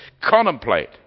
contemplate